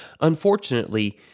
Unfortunately